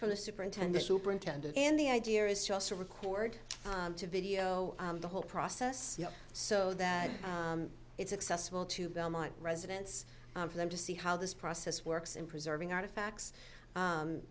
from the superintendent superintendent and the idea is just a record to video the whole process so that it's accessible to belmont residents for them to see how this process works in preserving artifacts